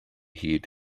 hyd